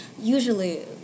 Usually